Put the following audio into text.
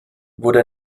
wurde